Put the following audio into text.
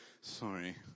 sorry